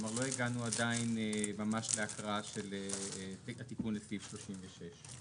כלומר לא הגענו ממש להקראה של -- -התיקון לסעיף 36,